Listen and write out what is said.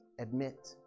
Admit